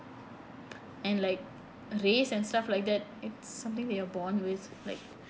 and like race and stuff like that it's something they are born with like